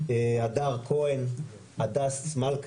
תנועה וחופש פולחן ליהודים - זה לא יכול להיות,